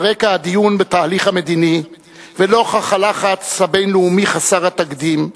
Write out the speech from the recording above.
על רקע הדיון בתהליך המדיני ונוכח הלחץ הבין-לאומי חסר התקדים,